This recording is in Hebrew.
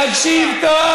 תקשיב טוב,